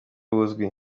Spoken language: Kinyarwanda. buzwi